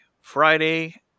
Friday